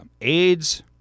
AIDS